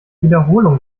wiederholung